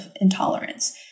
intolerance